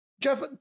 Jeff